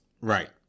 Right